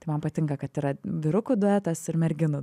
tai man patinka kad yra vyrukų duetas ir merginų